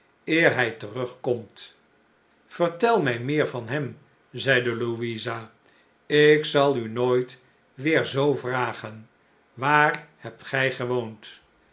hij terugkomt vertel mij meer van hem zeide louisa ik zal u nooit weer zoo vragen waar hebt gij gewoond